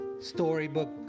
storybook